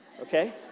okay